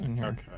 Okay